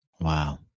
Wow